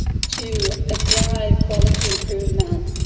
to a drive quality improvement,